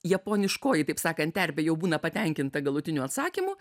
japoniškoji taip sakant terpė jau būna patenkinta galutiniu atsakymu